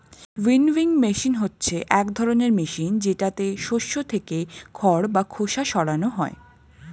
winnowing machine হচ্ছে এক ধরনের মেশিন যেটাতে শস্য থেকে খড় বা খোসা সরানো হয়